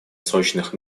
срочных